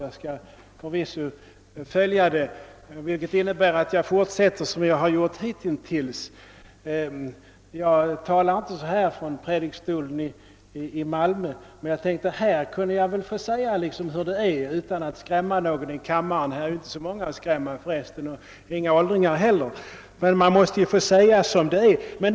Jag skall förvisso följa det, viket innebär att jag fortsätter såsom hittills. Jag talar inte så här från predikstolen i Malmö, men jag tänkte att jag här skulle få säga hur det är utan att skrämma någon i kammaren. Här finns för resten inte så många att skrämma och inte heller några åldringar. Men man måste få säga som det är.